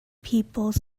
people